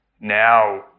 Now